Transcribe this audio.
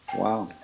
Wow